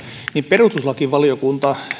perustuslakivaliokunta